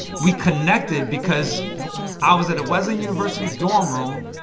we connected because i was at a wesleyan university dorm room.